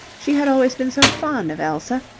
she had always been so fond of elsa,